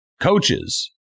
coaches